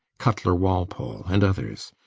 cutler walpole, and others.